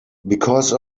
because